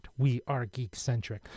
WeAreGeekcentric